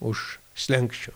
už slenksčio